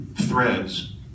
threads